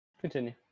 Continue